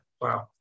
wow